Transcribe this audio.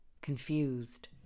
confused